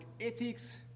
ethics